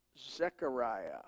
Zechariah